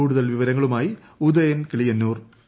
കൂടുതൽ വിവരങ്ങളുമായി ഉദയൻ കിളിയന്നൂർ ്